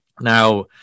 Now